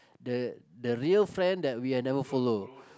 the the real friend that we'll never follow